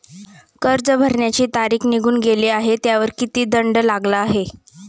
कर्ज भरण्याची तारीख निघून गेली आहे त्यावर किती दंड लागला आहे?